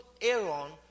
Aaron